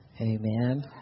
amen